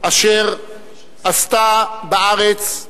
אשר עשתה בארץ.